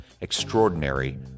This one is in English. Extraordinary